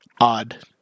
odd